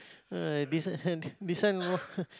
ah this one this one